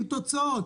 עם תוצאות,